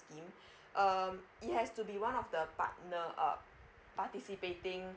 scheme um it has to be one of the partner uh participating